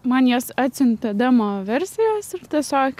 man jos atsiuntė demo versijas ir tiesiog